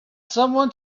someone